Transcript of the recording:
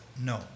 No